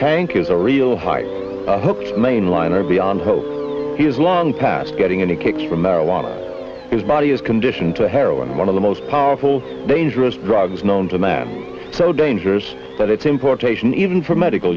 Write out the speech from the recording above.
tank is a real high hook mainline or beyond hope he is long past getting into kicks for marijuana his body is conditioned to heroin is one of the most powerful dangerous drugs known to man so dangerous that its importation even for medical